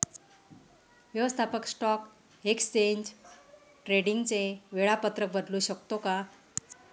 व्यवस्थापक stock exchange ट्रेडिंगचे वेळापत्रक बदलू शकतो का?